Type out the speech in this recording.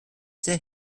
sehr